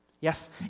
Yes